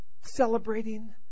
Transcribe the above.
celebrating